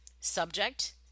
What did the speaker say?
subject